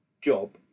job